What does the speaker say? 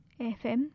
FM